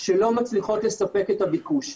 שלא מצליחות לספק את הביקוש.